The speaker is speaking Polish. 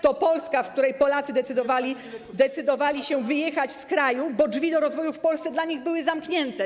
To Polska, w której Polacy decydowali się wyjechać z kraju, bo drzwi do rozwoju w Polsce dla nich były zamknięte.